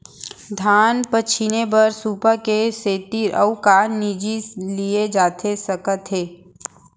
धान पछिने बर सुपा के सेती अऊ का जिनिस लिए जाथे सकत हे?